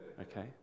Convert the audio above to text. Okay